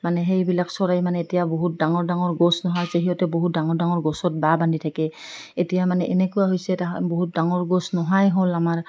মানে সেইবিলাক চৰাই মানে এতিয়া বহুত ডাঙৰ ডাঙৰ গছ নহাইছে সিহঁতে বহুত ডাঙৰ ডাঙৰ গছত ব বাহ বান্ধি থাকে এতিয়া মানে এনেকুৱা হৈছে তা বহুত ডাঙৰ গছ নোহোৱাই হ'ল আমাৰ